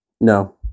No